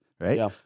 right